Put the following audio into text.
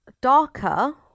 darker